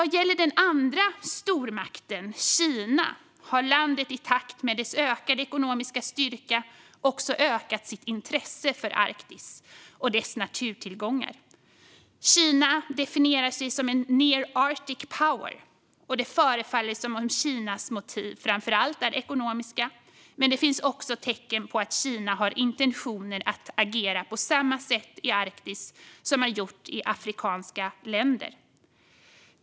Vad gäller den andra stormakten, Kina, har landet i takt med dess ökade ekonomiska styrka också ökat sitt intresse för Arktis och dess naturtillgångar. Kina definierar sig som en near Arctic power. Det förefaller som om Kinas motiv framför allt är ekonomiska. Men det finns tecken på att Kina har intentioner att agera på samma sätt i Arktis som man har gjort i afrikanska länder.